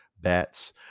bats